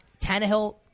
Tannehill